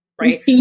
right